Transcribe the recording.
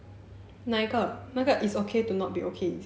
哪一个那个 it's okay to not be okay is it